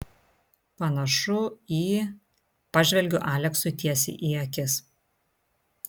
panašu į pažvelgiu aleksui tiesiai į akis